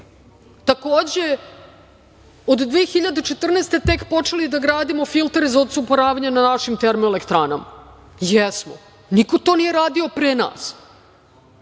godine smo tek počeli da gradimo filtere za odsumporavanje na našim termoelektranama? Jesmo. Niko to nije radio pre nas. Da